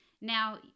Now